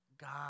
God